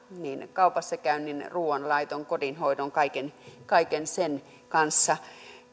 kaupassakäynnin ruuanlaiton kodinhoidon kaiken kaiken sen kanssa